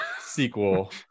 sequel